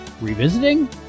Revisiting